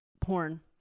porn